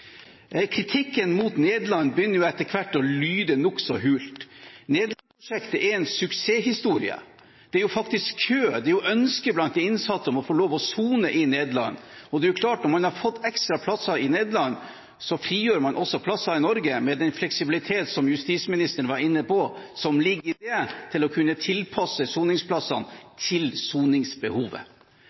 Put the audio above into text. Kritikken mot Nederland begynner etter hvert å lyde nokså hult. Nederland-prosjektet er en suksesshistorie. Det er jo faktisk kø, det er ønske blant de innsatte om å få lov til å sone i Nederland. Det er jo klart at når man har fått ekstra plasser i Nederland, frigjør man også plasser i Norge, med den fleksibilitet, som justisministeren var inne på, som ligger i det til å kunne tilpasse soningsplassene til soningsbehovet.